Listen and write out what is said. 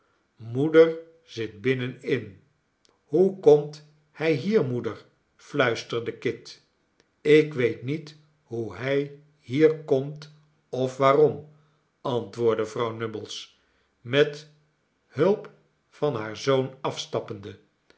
moeder zit binnenin hoe komt hij hier moeder fluisterde kit ik weet niet hoe hij hier komt of waarom antwoordde vrouw nubbles met hulp van haar zoon afstappende